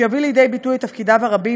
שיביא לידי ביטוי את תפקידיו הרבים,